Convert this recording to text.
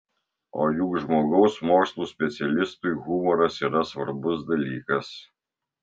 o juk žmogaus mokslų specialistui humoras yra svarbus dalykas